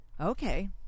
Okay